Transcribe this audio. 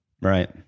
Right